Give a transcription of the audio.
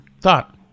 thought